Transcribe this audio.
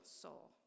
soul